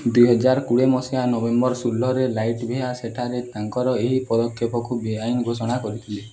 ଦୁଇହଜାର କୋଡ଼ିଏ ମସିହା ନଭେମ୍ବର ଷୋହଳରେ ଲାଟଭିଆ ସେଠାରେ ତାଙ୍କର ଏହି ପଦକ୍ଷେପକୁ ବେଆଇନ ଘୋଷଣା କରିଥିଲେ